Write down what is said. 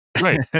Right